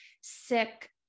sick